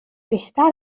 بهتر